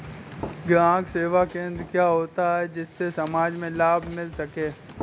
ग्राहक सेवा केंद्र क्या होता है जिससे समाज में लाभ मिल सके?